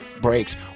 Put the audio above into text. breaks